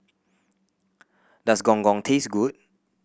does Gong Gong taste good